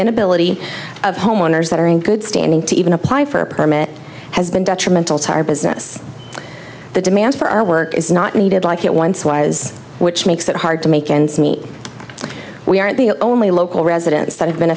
inability of homeowners that are in good standing to even apply for a permit has been detrimental to our business the demand for our work is not needed like it once was which makes it hard to make ends meet we aren't the only local residents that have been